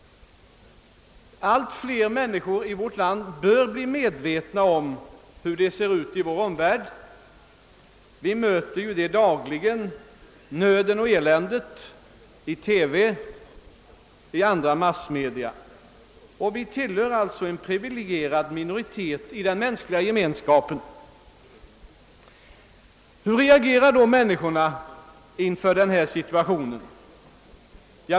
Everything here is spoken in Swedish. Allt fler människor i vårt land börjar bli medvetna om hur det ser ut i vår omvärld. Vi möter ju dagligen nöden och eländet i TV och i andra massmedia. Vi tillhör en privilegierad minoritet i den mänskliga gemenskapen. Hur reagerar då människorna inför denna situation?